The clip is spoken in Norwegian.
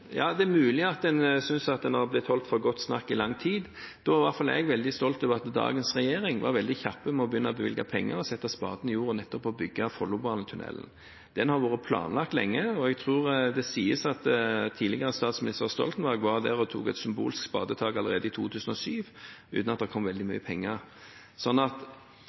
det gjelder Oslo–Ski, er det mulig en synes folk har blitt holdt for godt snakk i lang tid. Da er i alle fall jeg veldig stolt over at dagens regjering var veldig kjapp med å begynne å bevilge penger og sette spaden i jorda for nettopp å bygge Follobanetunnelen. Den har vært planlagt lenge. Det sies at tidligere statsminister Stoltenberg var der og tok et symbolsk spadetak allerede i 2007 uten at det kom veldig mye penger. Så vi kan godt være enige om at